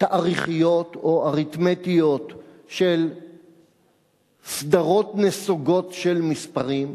תאריכיות או אריתמטיות של סדרות נסוגות של מספרים.